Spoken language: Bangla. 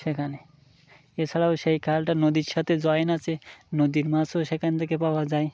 সেখানে এ ছাড়াও সেই খালটা নদীর সাথে জয়েন আছে নদীর মাছও সেখান থেকে পাওয়া যায়